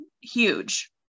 huge